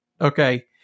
Okay